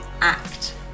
act